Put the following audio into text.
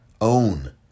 own